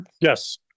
Yes